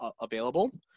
available